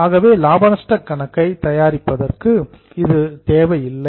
ஆகவே லாப நஷ்டக் கணக்கை தயாரிப்பதற்கு இது தேவையில்லை